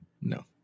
No